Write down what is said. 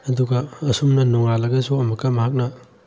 ꯑꯗꯨꯒ ꯑꯁꯨꯝꯅ ꯅꯣꯡꯉꯥꯜꯂꯒꯁꯨ ꯑꯃꯨꯛꯀ ꯃꯍꯥꯛꯅ